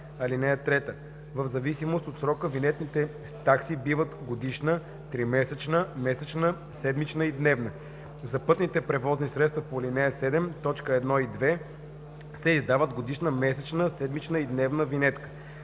така: „(3) В зависимост от срока винетните такси биват годишна, тримесечна, месечна, седмична и дневна. За пътните превозни средства по ал. 7, т. 1 и 2 се издават годишна, месечна, седмична и дневна винетки.